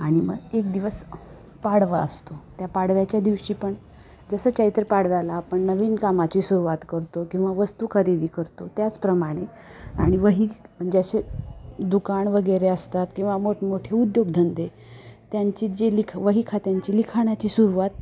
आणि मग एक दिवस पाडवा असतो त्या पाडव्याच्या दिवशी पण जसं चैत्र पाडव्याला आपण नवीन कामाची सुरुवात करतो किंवा वस्तू खरेदी करतो त्याचप्रमाणे आणि वही जसे दुकान वगैरे असतात किंवा मोठमोठे उद्योगधंदे त्यांची जे लिख वही खात्यांची लिखाणाची सुरुवात